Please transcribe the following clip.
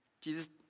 Jesus